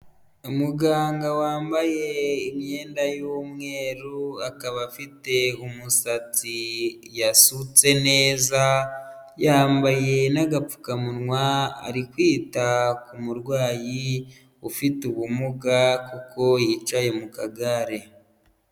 Umuganga wambaye imyenda y'umweru akaba afite umusatsi yasutse neza, yambaye n'agapfukamunwa ari kwita ku murwayi ufite ubumuga kuko yicaye mu kagare.